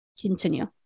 continue